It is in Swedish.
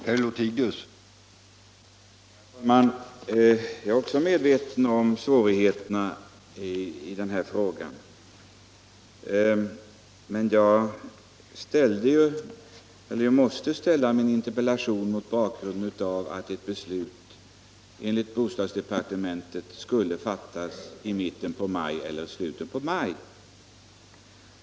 Herr talman! Jag är också medveten om svårigheterna när det gäller denna fråga, men jag måste ju framställa min interpellation mot bakgrund av att ett beslut enligt bostadsdepartementet skulle fattas i mitten eller i slutet på maj.